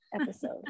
episode